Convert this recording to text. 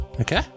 Okay